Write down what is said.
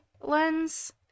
lens